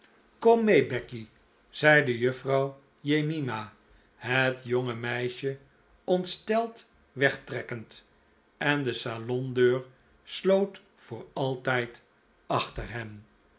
kom mee becky zeide juffrouw jemima het jonge meisje ontsteld weg trekkend en de salondeur sloot voor altijd achter hen